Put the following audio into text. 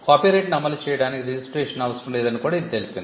కాపీరైట్ను అమలు చేయడానికి రిజిస్ట్రేషన్ అవసరం లేదని కూడా ఇది తెలిపింది